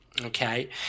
Okay